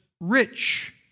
rich